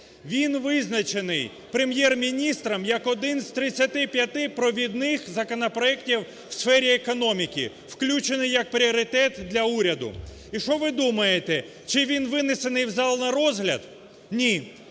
він визначений Прем'єр-міністром як один з 35 провідних законопроектів у сфері економіки, включений як пріоритет для уряду. І що ви думаєте, чи він винесений в зал на розгляд? Ні,